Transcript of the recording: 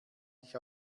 sich